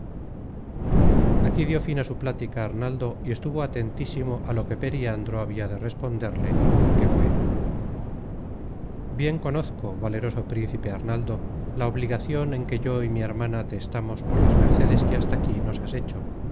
aquí dió fin á su plática arnaldo y estuvo atentísimo á lo que periandro habia de responderle que fué bien conozco valeroso príncipe arnaldo la obligacion en que yo y mi hermana te estamos por las mercedes que hasta aquí nos has hecho